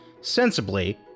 Sensibly